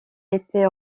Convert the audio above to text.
été